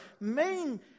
main